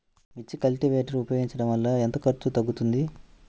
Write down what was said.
మిర్చి కల్టీవేటర్ ఉపయోగించటం వలన ఎంత ఖర్చు తగ్గుతుంది?